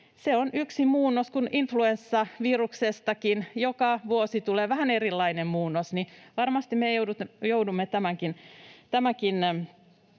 Se on yksi muunnos. Kun influenssaviruksestakin joka vuosi tulee vähän erilainen muunnos, niin varmasti me joudumme tämän